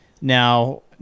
Now